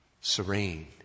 serene